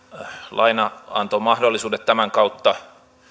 lainanantomahdollisuudet tämän kautta